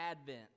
Advent